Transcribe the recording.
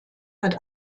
hat